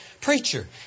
preacher